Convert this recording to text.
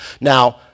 Now